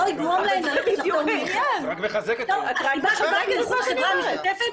את מחזקת את מה שאני אומרת.